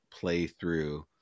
playthrough